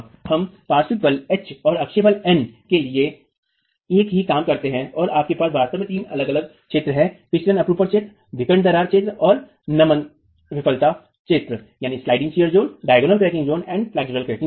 हम पार्श्व बल H एच और अक्षीय बल N एन के लिए एक ही काम करते हैं और आपके पास वास्तव में तीन अलग अलग क्षेत्र हैं फिसलन अपरूपण क्षेत्र विकर्ण दरार क्षेत्र और नमन विफलता क्षेत्र